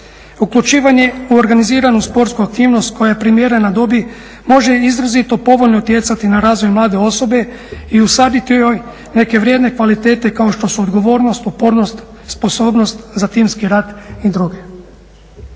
Uključivanje u organiziranu sportsku aktivnost koja je primjerena dobiti može izrazito povoljno utjecati na razvoj mlade osobe i usaditi joj neke vrijedne kvalitete kao što su odgovornost, upornost, sposobnost za timski rad i druge.